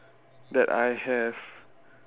that I have